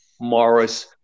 Morris